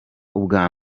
ubwa